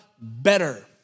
better